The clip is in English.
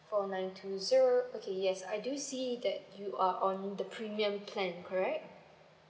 four nine two zero okay yes I do see that you are on the premium plan correct